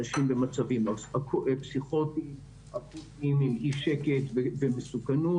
אנשים במצבים פסיכוטיים אקוטיים עם אי שקט ומסוכנות.